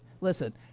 Listen